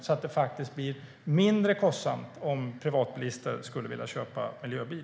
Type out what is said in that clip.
Då skulle det bli mindre kostsamt om privatbilister vill köpa miljöbil.